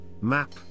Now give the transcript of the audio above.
map